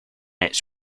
its